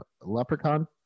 Leprechaun